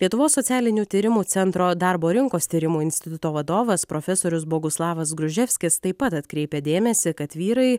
lietuvos socialinių tyrimų centro darbo rinkos tyrimų instituto vadovas profesorius boguslavas gruževskis taip pat atkreipia dėmesį kad vyrai